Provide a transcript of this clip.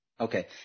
Okay